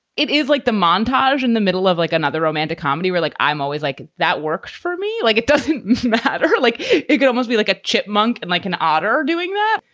it is like the montage in the middle of like another romantic comedy where like, i'm always like that works for me. like it doesn't matter. like it could almost be like a chipmunk and like an otter doing that.